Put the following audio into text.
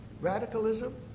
Radicalism